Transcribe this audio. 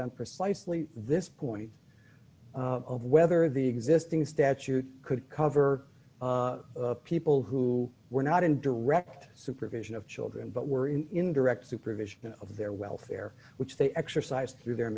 on precisely this point of whether the existing statute could cover people who were not in direct supervision of children but were in direct supervision of their welfare which they exercised through their